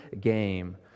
game